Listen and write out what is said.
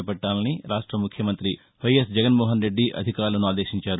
చేపట్టాలని రాష్ట ముఖ్యమంతి వైఎస్ జగన్మోహన్రెడ్డి అధికారులను ఆదేశించారు